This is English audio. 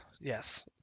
yes